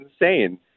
insane